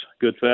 good